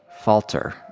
falter